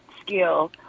skill